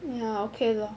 !aiya! okay lah